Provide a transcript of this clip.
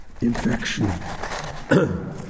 infection